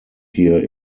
here